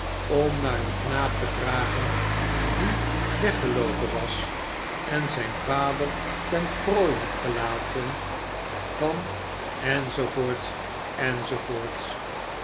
om naar een knaap tevragen die weggeloopen was en zijn vader ten prooi had gelaten van